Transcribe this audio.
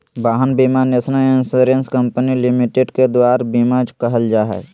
वाहन बीमा national insurance company limited के दुआर बीमा कहल जाहइ